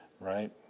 right